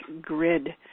grid